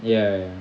ya